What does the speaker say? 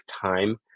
time